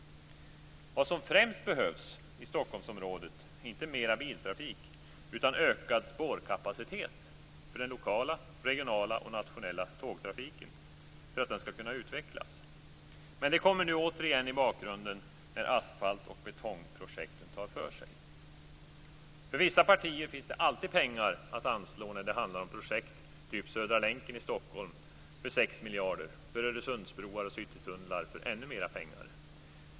Vad som främst behövs i Stockholmsområdet är inte mer biltrafik utan ökad spårkapacitet för att den lokala, regionala och nationella tågtrafiken skall kunna utvecklas. Men det kommer nu återigen i bakgrunden när asfalt och betongprojekten tar för sig. För vissa partier finns det alltid pengar att anslå när det handlar om projekt typ Södra länken i Stockholm för 6 miljarder och öresundsbroar och citytunnlar för ännu mer pengar.